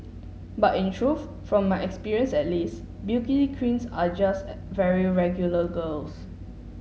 but in truth from my experience at least beauty queens are just very regular girls